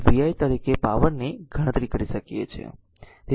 તેથી આપણે p vi તરીકે પાવરની ગણતરી કરી શકીએ છીએ